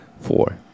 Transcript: four